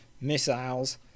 missiles